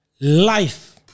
Life